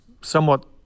somewhat